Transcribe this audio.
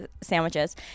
sandwiches